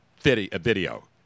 video